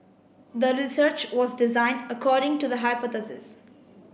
the research was designed according to the hypothesis